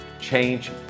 change